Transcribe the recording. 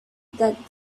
that